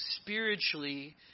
spiritually